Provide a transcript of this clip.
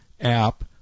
app